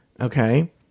Okay